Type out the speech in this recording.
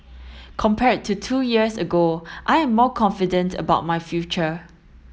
compared to two years ago I am more confident about my future